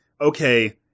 okay